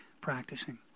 practicing